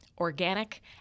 organic